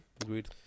Agreed